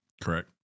Correct